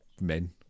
Men